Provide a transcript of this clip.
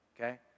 Okay